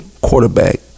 quarterback